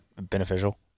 beneficial